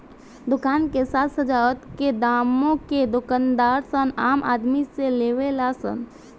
दुकान के साज सजावट के दामो के दूकानदार सन आम आदमी से लेवे ला सन